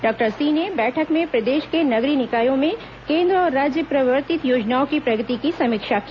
doctor Singh ने बैठक में प्रदेश के नगरीय निकायों में केंद्र और राज्य प्रवर्तित योजनाओं की प्रगति की समीक्षा की